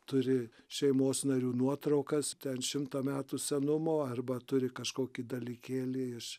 turi šeimos narių nuotraukas ten šimto metų senumo arba turi kažkokį dalykėlį iš